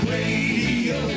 Radio